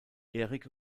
erik